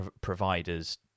providers